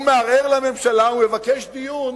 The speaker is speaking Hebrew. הוא מערער לממשלה ומבקש דיון